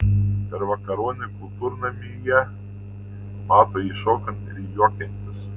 per vakaronę kultūrnamyje mato jį šokant ir juokiantis